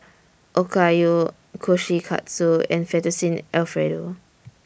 Okayu Kushikatsu and Fettuccine Alfredo